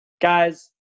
Guys